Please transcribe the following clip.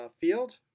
field